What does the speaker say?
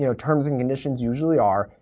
you know terms and conditions usually are,